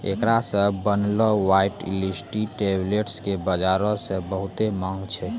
एकरा से बनलो वायटाइलिटी टैबलेट्स के बजारो मे बहुते माँग छै